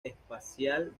especial